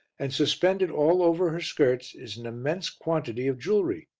and suspended all over her skirts is an immense quantity of jewellery.